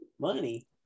Money